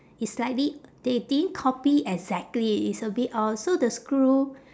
it's slightly they didn't copy exactly it's a bit off so the screw